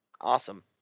Awesome